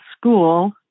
school